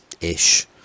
ish